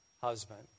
husband